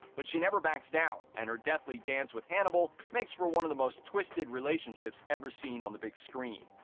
but she never backs down. and her deathly dance with hannibal makes for one of the most twisted relationships ever seen on the big screen.